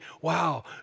wow